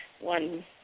one